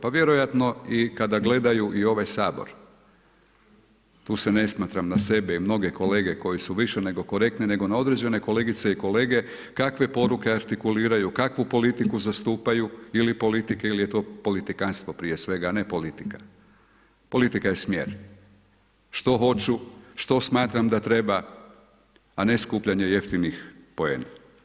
Pa vjerojatno kada gledaju i ovaj Sabor, tu se ne smatram na sebe i mnoge kolege koji su više nego korektni, nego na određene kolegice i kolege kakve poruke artikuliraju, kakvu politiku zastupaju ili politike jer je to politikantstvo prije svega, a ne politika, politika je smjer, što hoću, što smatram da treba, a ne skupljanje jeftinih poena.